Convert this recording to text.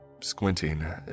Squinting